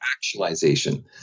actualization